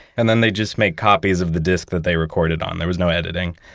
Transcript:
and then they just make copies of the disc that they recorded on. there was no editing.